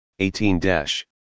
18-